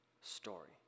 story